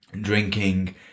drinking